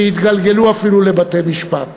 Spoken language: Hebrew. ויתגלגלו אפילו לבתי-משפט.